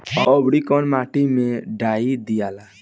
औवरी कौन माटी मे डाई दियाला?